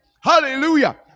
Hallelujah